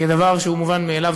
כדבר שהוא מובן מאליו.